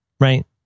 Right